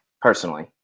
Personally